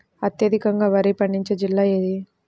అత్యధికంగా వరి పండించే జిల్లా ఏది?